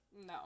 No